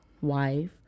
wife